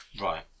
Right